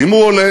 האם הוא עולה?